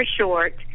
short